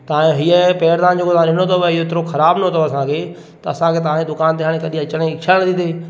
तव्हां हीउ पैरदान जेको तव्हां ॾिनो अथव इहो एतिरो ख़राबु ॾिनो अथव असांखे असांखे तांजे दुकान ते हाणे कॾहिं अचण जी इछा न थी थिए